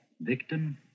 Victim